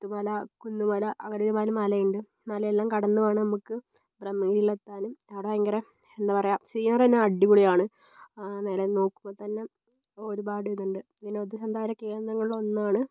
പുത്തുമല കുന്നുമല അങ്ങനെയൊരുപാട് മലയുണ്ട് മലയെല്ലാം കടന്നു വേണം നമുക്ക് ബ്രഹ്മഗിരിയിലെത്താനും അവിടെ ഭയങ്കര എന്താ പറയുക സീനറി തന്നെ അടിപൊളിയാണ് മലയിൽനിന്ന് നോക്കുമ്പോൾ തന്നെ ഒരുപാട് ഇതുണ്ട് വിനോദസഞ്ചാര കേന്ദ്രങ്ങളിലൊന്നാണ്